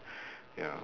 ya